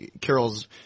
Carol's